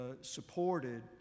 supported